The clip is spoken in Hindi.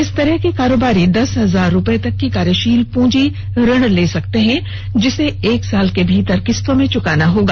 इस तरह के कारोबारी दस हजार रूपये तक का कार्यशील पूंजी ऋण ले सकते हैं जिसे एक साल के भीतर किस्तों में चुकाना होगा